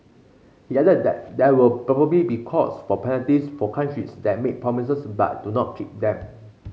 he added that there will probably be calls for penalties for countries that make promises but do not keep them